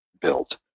built